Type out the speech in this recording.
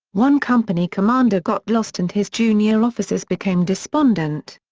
one company commander got lost and his junior officers became despondent.